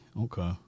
Okay